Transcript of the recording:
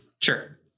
Sure